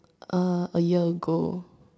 uh a year ago